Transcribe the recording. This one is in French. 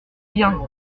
bien